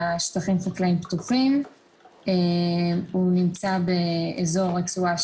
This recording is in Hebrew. בחינה לתכנון ראשוני של הגבלות בנייה ושל אורך ורוחב